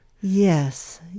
Yes